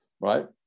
Right